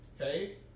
Okay